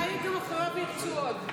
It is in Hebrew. אולי אחריו ירצו עוד.